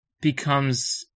becomes